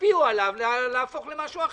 ישפיעו עליו להפוך למשהו אחר.